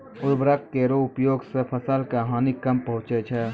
उर्वरक केरो प्रयोग सें फसल क हानि कम पहुँचै छै